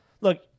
Look